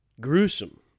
gruesome